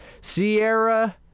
Sierra